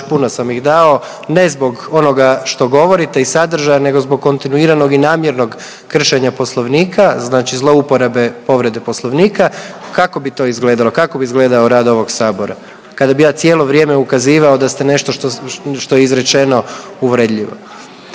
puno sam ih dao, ne zbog onoga što govorite i sadržaja nego zbog kontinuiranog i namjernog kršenja Poslovnika, znači zlouporabe povrede Poslovnika, kako bi to izgledalo, kako bi izgledao rad ovog sabora kada bi je cijelo vrijeme ukazivao da ste nešto što je izrečeno uvredljivo.